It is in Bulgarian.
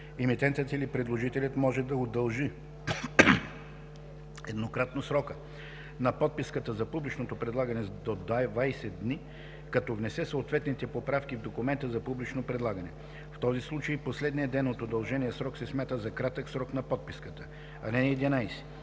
Емитентът или предложителят може да удължи еднократно срока на подписката за публичното предлагане с до 20 дни, като внесе съответните поправки в документа за публично предлагане. В този случай последният ден от удължения срок се смята за краен срок на подписката. (11)